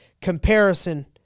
comparison